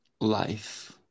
life